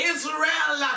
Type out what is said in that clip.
Israel